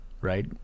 right